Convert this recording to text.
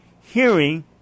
hearing